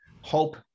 hope